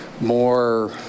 more